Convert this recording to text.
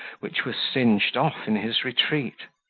which was singed off in his retreat.